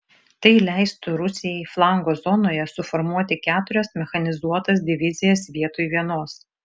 tai leistų rusijai flango zonoje suformuoti keturias mechanizuotas divizijas vietoj vienos